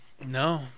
No